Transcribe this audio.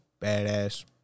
Badass